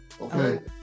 Okay